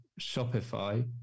Shopify